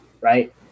right